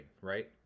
right